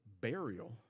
burial